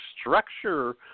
structure